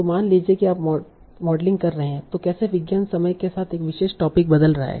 तो मान लीजिए कि आप मॉडलिंग कर रहे हैं तों कैसे विज्ञान समय के साथ एक विशेष टोपिक बदल रहा है